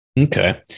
Okay